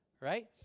right